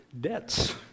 debts